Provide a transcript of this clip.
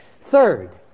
Third